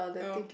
oh